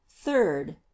third